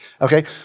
Okay